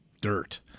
dirt